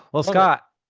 well scott,